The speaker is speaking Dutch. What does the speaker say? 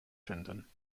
vinden